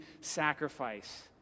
sacrifice